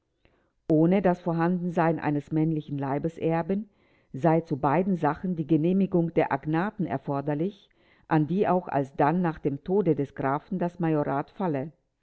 ohne das vorhandensein eines männlichen leibeserben sei zu beiden sachen die genehmigung der agnaten erforderlich an die auch alsdann nach dem tode des grafen das majorat falle